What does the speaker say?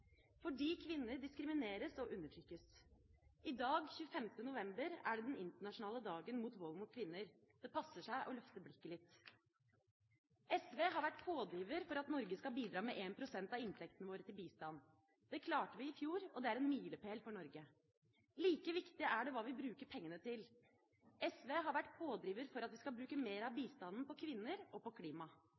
fordi kvinner diskrimineres og undertrykkes. I dag, 25. november, er det den internasjonale dagen mot vold mot kvinner. Det passer seg å løfte blikket litt. SV har vært pådriver for at Norge skal bidra med 1 pst. av inntektene våre til bistand. Det klarte vi i fjor, og det er en milepæl for Norge. Like viktig er det hva vi bruker pengene til. SV har vært pådriver for at vi skal bruke mer av bistanden på kvinner og på klima,